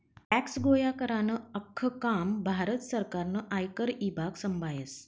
tax गोया करानं आख्खं काम भारत सरकारनं आयकर ईभाग संभायस